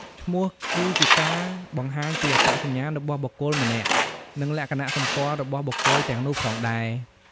ឈ្មោះគឺជាការបង្ហាញពីអត្តសញ្ញាណរបស់បុគ្គលម្នាក់ និងលក្ខណៈសម្គាល់របស់បុគ្គលទាំងនោះផងដែរ។